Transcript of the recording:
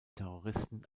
terroristen